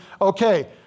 okay